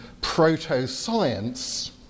proto-science